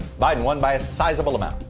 biden won by a sizable amount,